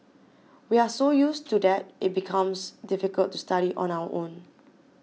we are so used to that it becomes difficult to study on our own